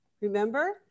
Remember